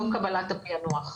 לא קבלת הפענוח.